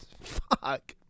Fuck